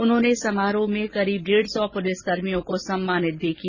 उन्होंने समारोह में करीब डेढ़ सौ पुलिसकर्मियों को सम्मानित भी किया